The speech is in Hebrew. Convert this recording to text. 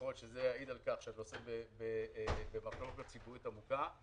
יכול להיות שזה יעיד על כך שהנושא במחלוקת ציבורית עמוקה.